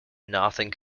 nothing